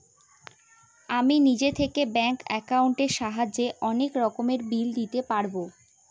আমি নিজে থেকে ব্যাঙ্ক একাউন্টের সাহায্যে অনেক রকমের বিল দিতে পারবো